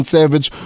Savage